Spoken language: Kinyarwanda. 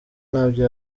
ntabyo